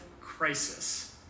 crisis